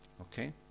Okay